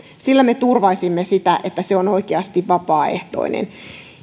sillä me turvaisimme sitä että se on oikeasti vapaaehtoinen